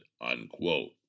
unquote